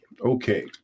okay